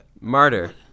Martyr